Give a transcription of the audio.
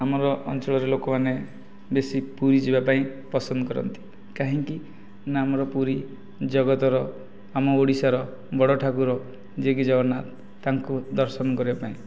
ଆମର ଅଞ୍ଚଳର ଲୋକମାନେ ବେଶି ପୁରୀ ଯିବାପାଇଁ ପସନ୍ଦ କରନ୍ତି କାହିଁକି ନା ଆମର ପୁରୀ ଜଗତର ଆମ ଓଡ଼ିଶାର ବଡ଼ଠାକୁର ଯିଏ କି ଜଗନ୍ନାଥ ତାଙ୍କୁ ଦର୍ଶନ କରିବାପାଇଁ